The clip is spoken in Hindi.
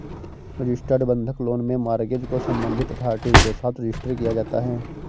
रजिस्टर्ड बंधक लोन में मॉर्गेज को संबंधित अथॉरिटी के साथ रजिस्टर किया जाता है